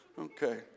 Okay